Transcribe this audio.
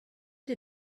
did